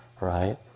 right